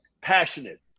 passionate